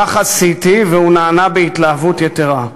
כך עשיתי, והוא נענה בהתלהבות יתרה.